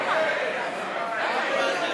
בבקשה.